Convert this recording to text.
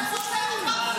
לשיר "לה לה לה"